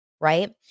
right